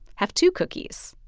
have two cookies.